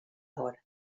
vora